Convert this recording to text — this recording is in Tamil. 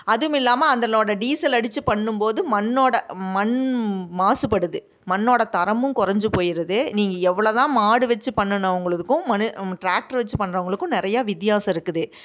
அதுமில்லாமல் அந்தனோட டீசல் அடித்து பண்ணும் போது மண்ணோட மண் மாசுபடுது மண்ணோட தரமும் குறைஞ்சி போயிடுது நீ எவ்வளோ தான் மாடு வெச்சு பண்ணிணவங்களுதுக்கும் மனு ட்ராக்ட்ரு வெச்சு பண்ணுறவங்களுக்கும் நிறையா வித்தியாசம் இருக்குது